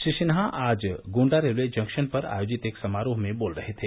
श्री सिन्हा आज Gonda railway junction पर आयोजित एक समारोह में बोल रहे थे